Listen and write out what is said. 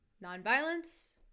non-violence